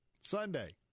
Sunday